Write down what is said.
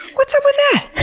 what's up with that?